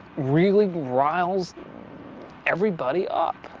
really riles every body up.